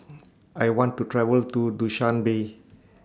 I want to travel to Dushanbe